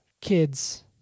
kids